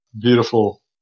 beautiful